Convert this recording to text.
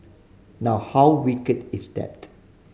now how wicked is that